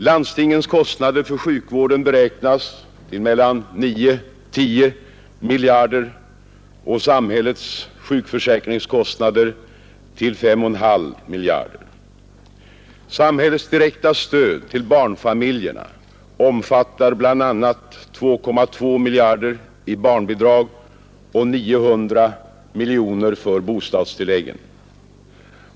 Landstingens kostnader för sjukvården beräknas till mellan 9 och 10 miljarder och samhällets sjukförsäkringskostnader till 5,5 miljarder kronor. Samhällets direkta stöd till barnfamiljerna omfattar bl.a. 2,2 miljarder i barnbidrag och 900 miljoner för bostadstilläggen.